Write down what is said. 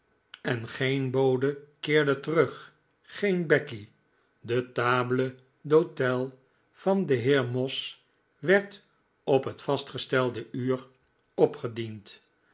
en geen bode keerde terug geen becky de table dhote van den heer moss werd op het vastgestelde uur opgediend